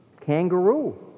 kangaroo